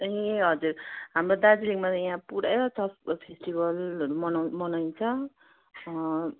ए हजुर हाम्रो दार्जिलिङमा त यहाँ पुरा छ फेस्टिबलहरू मनौ मनाइन्छ